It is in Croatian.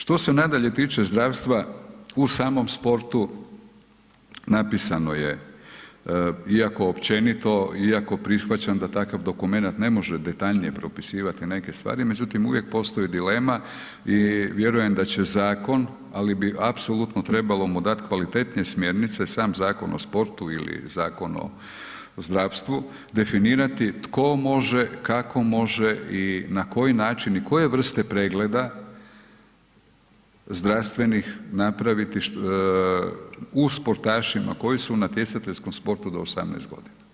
Što se nadalje tiče zdravstva u samom sportu napisano je iako općenito, iako prihvaćam da takav dokument ne može detaljnije propisivati neke stvari međutim uvijek postoji dilema i vjerujem da će zakon ali bi apsolutno trebalo mu dati kvalitetnije smjernice, sam Zakon o sportu ili Zakon o zdravstvu definirati tko može, kako može i na koji način i koje vrste pregleda zdravstvenih napraviti u sportašima koji su u natjecateljskom sportu do 18 godina.